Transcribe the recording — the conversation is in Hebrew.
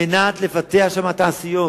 כדי לפתח שם תעשיות